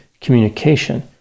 communication